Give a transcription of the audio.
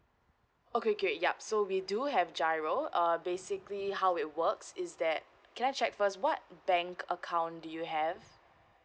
okay okay yup so we do have giro uh basically how it works is that can I check first what bank account do you have